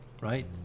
Right